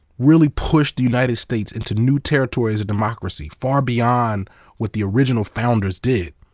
really pushed the united states into new territory as a democracy, far beyond what the original founders did.